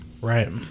Right